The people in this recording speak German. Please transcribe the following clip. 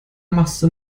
machste